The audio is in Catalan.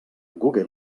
google